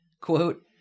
quote